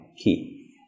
key